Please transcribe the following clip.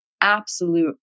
absolute